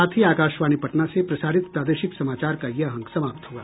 इसके साथ ही आकाशवाणी पटना से प्रसारित प्रादेशिक समाचार का ये अंक समाप्त हुआ